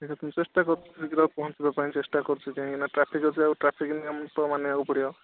ସେଇଟା ପାଇଁ ଚେଷ୍ଟା କରୁଛି ଯେତେ ଶୀଘ୍ର ପହଞ୍ଚିବା ପାଇଁ ଚେଷ୍ଟା କରୁଛି କାଇଁକି ନା ଟ୍ରାଫିକ୍ ଅଛି ଆଉ ଟ୍ରାଫିକ୍ ନିୟମ ତ ମାନିବାକୁ ପଡ଼ିବ